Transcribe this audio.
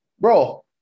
Bro